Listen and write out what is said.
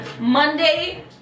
Monday